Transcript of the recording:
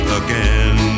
again